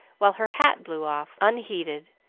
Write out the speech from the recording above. while her hat blew off unheeded,